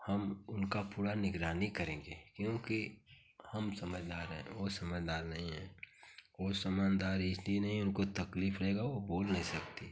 हम उनकी पूरी निगरानी करेंगे क्योंकि हम समझदार हैं वे समझदार नहीं हैं वे समाझदार इसलिए नहीं है उनको तकलीफ रहगा वे बोल नहीं सकती